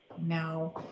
now